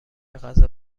غذا